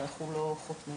אנחנו לא חותמים.